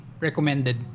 recommended